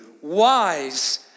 wise